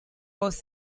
was